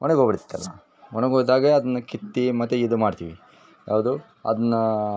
ಒಣಗೋಗಿಬಿಡ್ತಲ್ಲ ಒಣಗೊದಾಗ ಅದನ್ನು ಕಿತ್ತು ಮತ್ತು ಇದು ಮಾಡ್ತೀವಿ ಯಾವುದು ಅದನ್ನ